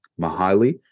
Mahali